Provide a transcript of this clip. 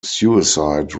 suicide